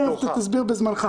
אתה תסביר בזמנך.